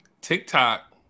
TikTok